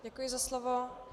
Děkuji za slovo.